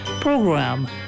program